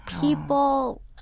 people